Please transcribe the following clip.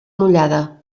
mullada